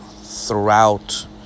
throughout